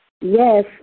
yes